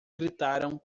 gritaram